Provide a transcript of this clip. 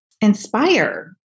inspire